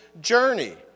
journey